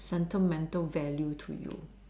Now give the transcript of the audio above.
sentimental value to you